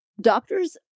doctors